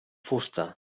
fusta